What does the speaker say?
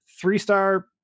three-star